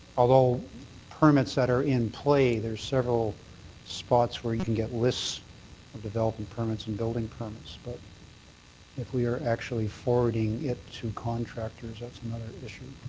although permits that are in play, there are several spots where you can get lists of development permits and building permits. but if we are actually forwarding it to contractors, that's another issue.